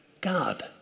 God